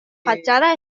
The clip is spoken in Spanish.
fachada